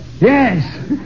Yes